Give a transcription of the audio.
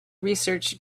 research